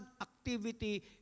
activity